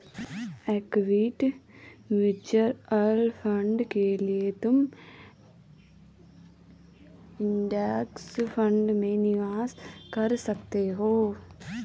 equity mutual fund के लिए तुम इंडेक्स फंड में निवेश कर सकते हो